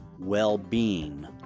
well-being